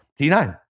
t9